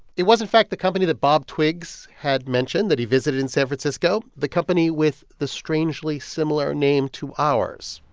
it was, in fact, the company that bob twiggs had mentioned that he visited in san francisco, the company with the strangely similar name to ours,